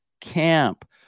camp